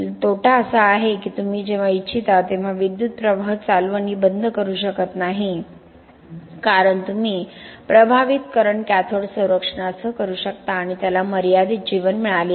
तोटा असा आहे की तुम्ही जेव्हा इच्छिता तेव्हा विद्युत प्रवाह चालू आणि बंद करू शकत नाही कारण तुम्ही प्रभावित करंट कॅथोड संरक्षणासह करू शकता आणि त्याला मर्यादित जीवन मिळाले आहे